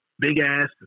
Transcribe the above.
big-ass